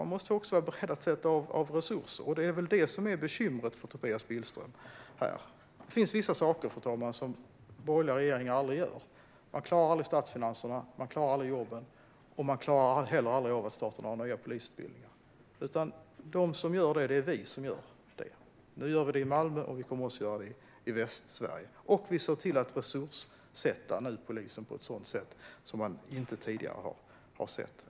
Man måste också vara beredd att sätta av resurser, och det är väl det som är bekymret för Tobias Billström. Det finns vissa saker, fru talman, som borgerliga regeringar aldrig gör. De klarar aldrig statsfinanserna, de klarar aldrig jobben och de klarar inte heller av att starta några nya polisutbildningar. De som gör det är vi. Nu gör vi det i Malmö, och vi kommer även att göra det i Västsverige. Vi ser nu också till att resurssätta polisen på ett sätt som man aldrig tidigare har sett.